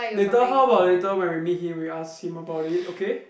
later how about later when we meet him we ask him about it okay